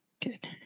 Good